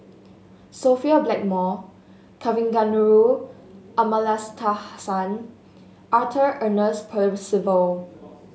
Sophia Blackmore Kavignareru Amallathasan Arthur Ernest Percival